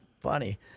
funny